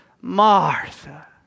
Martha